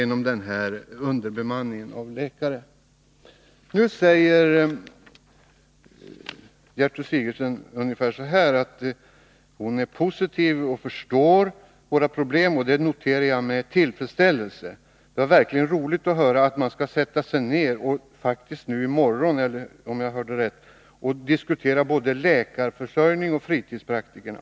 Nu säger Gertrud Sigurdsen' att hon är positiv och förstår våra problem, och det noterar jag med tillfredsställelse. Det var verkligen roligt att höra att man skall sätta sig ner — redan i morgon, om jag hörde rätt — och diskutera både läkarförsörjningen och fritidspraktikerna.